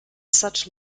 such